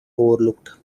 overlooked